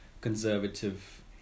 conservative